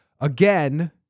again